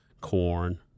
corn